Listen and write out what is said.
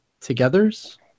together's